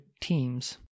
teams